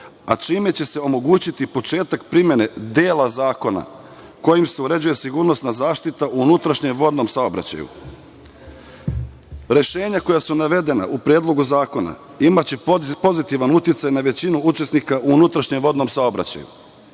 a čime će se omogućiti početak primene dela zakona kojim se uređuje sigurnosna zaštita u unutrašnjem vodnom saobraćaju. Rešenja koja su navedena u predlogu zakona imaće pozitivan uticaj na većinu učesnika u unutrašnjem vodnom saobraćaju,